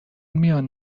میان